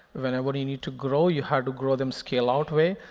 whenever you need to grow, you have to grow them scale out way,